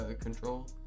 Control